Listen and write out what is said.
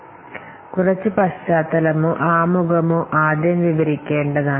അത് കുറച്ച് പശ്ചാത്തലമായിരിക്കണം അല്ലെങ്കിൽ ആമുഖം ആദ്യം വിവരിക്കേണ്ടതാണ്